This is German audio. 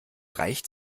reicht